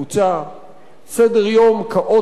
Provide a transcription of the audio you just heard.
סדר-יום כאוטי ומבולגן,